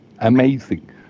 amazing